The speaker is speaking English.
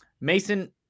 Mason